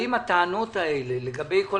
האם הטענות לגבי מה